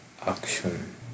action